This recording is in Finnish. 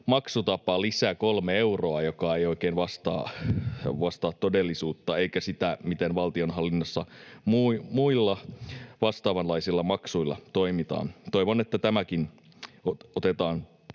maksutapalisä kolme euroa, mikä ei oikein vastaa todellisuutta eikä sitä, miten valtionhallinnossa muilla vastaavanlaisilla maksuilla toimitaan. Toivon, että tämäkin otetaan